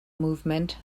movement